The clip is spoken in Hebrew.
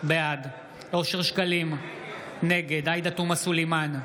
בעד אושר שקלים, נגד עאידה תומא סלימאן,